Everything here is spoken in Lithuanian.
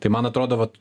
tai man atrodo vat